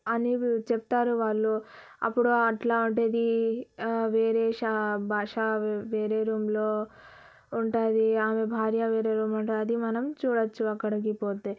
అని చెప్తారు వాళ్ళు అప్పుడు అట్లా ఉండేది వేరే షా భాష వేరే రూంలో ఉంటుంది ఆమె భార్య వేరే రూమ్ ఉంటుంది అది మనం చూడవచ్చు అక్కడికి పోతే